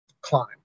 climb